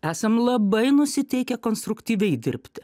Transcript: esam labai nusiteikę konstruktyviai dirbti